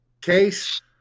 case